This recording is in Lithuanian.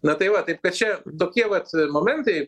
na tai va taip kad čia tokie vat momentai